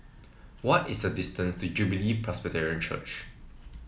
what is the distance to Jubilee Presbyterian Church